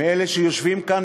מאלה שיושבים כאן,